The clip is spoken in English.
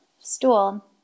stool